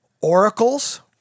oracles